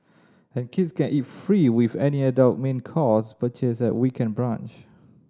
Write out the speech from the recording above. and kids can eat free with any adult main course purchase at weekend brunch